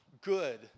good